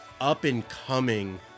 up-and-coming